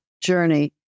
journey